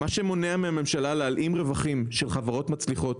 מה שמונע מהממשלה להלאים רווחים של חברות מצליחות,